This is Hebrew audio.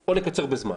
או לקצר בזמן.